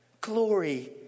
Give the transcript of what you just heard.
Glory